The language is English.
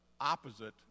opposite